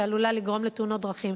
שעלולה לגרום לתאונות דרכים.